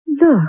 look